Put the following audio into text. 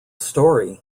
story